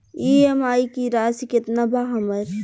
EMI की राशि केतना बा हमर?